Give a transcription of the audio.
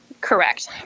Correct